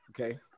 Okay